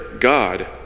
God